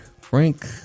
Frank